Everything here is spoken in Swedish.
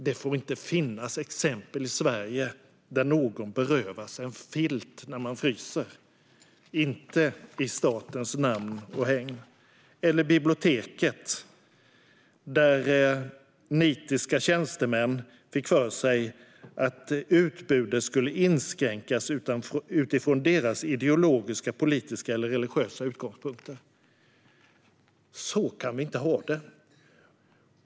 Det får inte finnas exempel i Sverige där någon berövas en filt när man fryser - inte i statens namn och hägn. Man kan också läsa om biblioteket, där nitiska tjänstemän fick för sig att utbudet skulle inskränkas utifrån deras ideologiska, politiska eller religiösa utgångspunkter. Så här kan vi inte ha det.